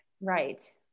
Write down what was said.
Right